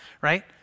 right